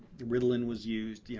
ritalin was used, yeah